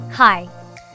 Hi